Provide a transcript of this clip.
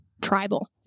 tribal